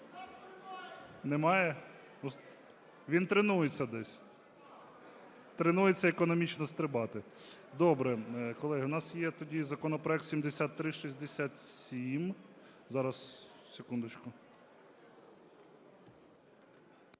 Немає? Він тренується десь, тренується економічно стрибати. Добре. Колеги, у нас є тоді законопроект 7367. Зараз, секундочку.